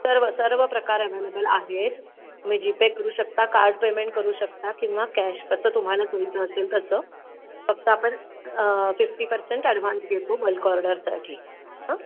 सर्व सर्व प्रकार अव्हेलेबल आहेत तुम्ही जीपे करू शकता कार्ड पेमेंट करू शकता किंवा कॅश कसं तुम्हाला सोयीचं असेल तसं फक्त आपण फिफ्टी पर्सेंट ॲडव्हान्स घेतो बल्क ऑर्डरसाठी हां